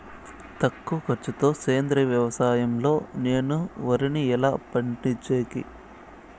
తక్కువ ఖర్చు తో సేంద్రియ వ్యవసాయం లో నేను వరిని ఎట్లా పండించేకి?